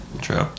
True